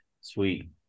sweet